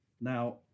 Now